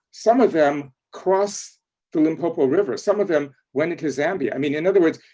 some of them, crossed the limpopo river, some of them went into zambia. mean, in other words,